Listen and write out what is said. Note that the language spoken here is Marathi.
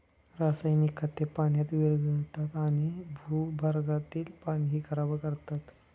रासायनिक खते पाण्यात विरघळतात आणि भूगर्भातील पाणीही खराब करतात